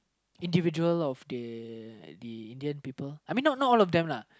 individual of the the Indian people I mean not not all of them lah